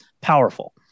powerful